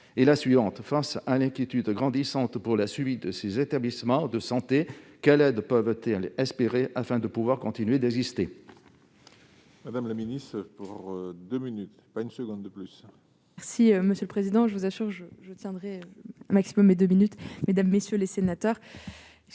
est la suivante : face à l'inquiétude grandissante pour la survie de ces établissements de santé, quelle aide peuvent-ils espérer afin de pouvoir continuer à exister ?